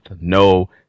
no